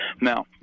Now